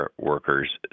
workers